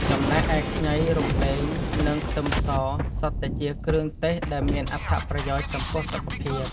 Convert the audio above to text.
ចំណែកឯ ខ្ញី រំដេង និងខ្ទឹមស សុទ្ធតែជាគ្រឿងទេសដែលមានអត្ថប្រយោជន៍ចំពោះសុខភាព។